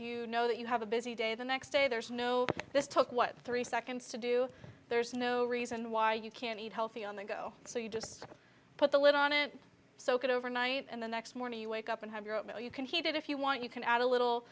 you know that you have a busy day the next day there's no this took what three seconds to do there's no reason why you can't eat healthy on the go so you just put the lid on it soak it overnight and the next morning you wake up and you can heat it if you want you can add a little